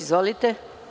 Izvolite.